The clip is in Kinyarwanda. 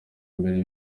mbere